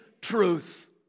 truth